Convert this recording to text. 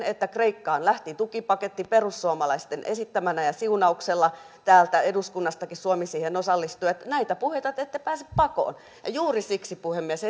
että kreikkaan lähti tukipaketti perussuomalaisten esittämänä ja siunauksella täältä eduskunnastakin suomi siihen osallistui näitä puheita te ette pääse pakoon juuri siksi puhemies